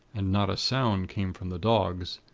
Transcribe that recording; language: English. and not a sound came from the dogs.